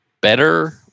better